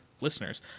listeners